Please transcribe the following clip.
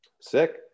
sick